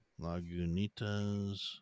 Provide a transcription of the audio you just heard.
Lagunitas